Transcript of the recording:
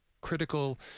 critical